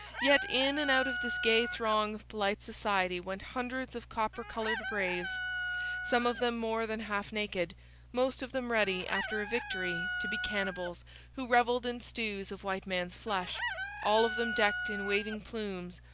yet in and out of this gay throng of polite society went hundreds of copper-coloured braves some of them more than half-naked most of them ready, after a victory, to be cannibals who revelled in stews of white man's flesh all of them decked in waving plumes,